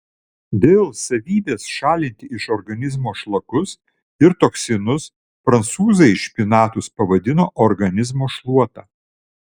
dėl savybės šalinti iš organizmo šlakus ir toksinus prancūzai špinatus pavadino organizmo šluota